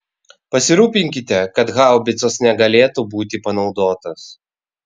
pasirūpinkite kad haubicos negalėtų būti panaudotos